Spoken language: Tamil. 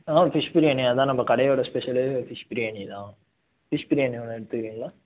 ஆ ஃபிஷ் பிரியாணி அதான் நம்ம கடையோடய ஸ்பெஷலே ஃபிஷ் பிரியாணி தான் ஃபிஷ் பிரியாணி ஒன்று எடுத்துக்கறிங்களா